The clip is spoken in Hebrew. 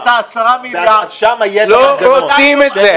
את ה-10 מיליארד -- לא רוצים את זה.